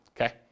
okay